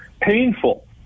Painful